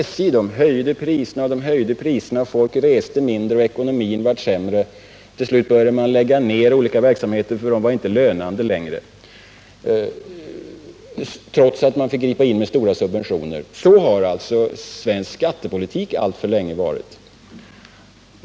SJ höjde priserna gång på gång, folk reste mindre, och ekonomin blev sämre. Till slut började man lägga ner olika verksamheter, för de var inte lönande längre, trots att man fick stora subventioner. Sådan har svensk skattepolitik varit alltför länge.